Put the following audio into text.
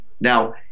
Now